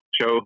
show